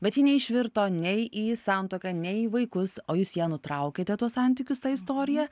bet ji neišvirto nei į santuoką nei į vaikus o jūs ją nutraukėte tuos santykius ta istorija